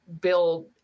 build